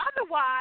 Otherwise